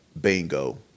Bingo